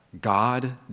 God